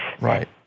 Right